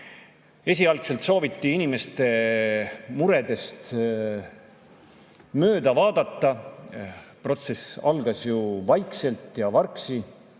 Esialgu sooviti inimeste muredest mööda vaadata – protsess algas ju vaikselt ja vargsi